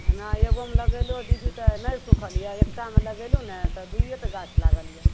नहि एगोमे लगेलहुॅं दीदी तऽ नहि सुखल यऽ एकटामे लगेलहुॅं ने तऽ दू टा गाछ लागल यऽ